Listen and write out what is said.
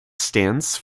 stands